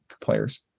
players